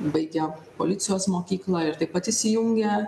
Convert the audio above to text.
baigia policijos mokykla ir taip pat įsijungia